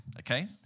okay